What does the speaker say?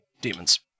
Demons